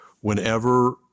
whenever